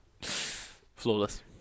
flawless